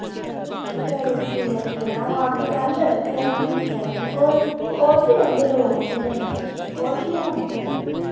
चलो ठीक ऐ ठीक ऐ आऊं आगी कल ते आऊं दिक्खी लैगी और और बी रोह्नदे लोक उत कन्नै और बी हैन